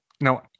No